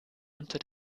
unter